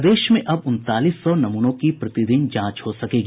प्रदेश में अब उनतालीस सौ नमूनों की प्रतिदिन जांच हो सकेगी